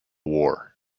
war